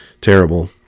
terrible